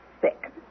sick